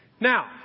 Now